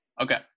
Okay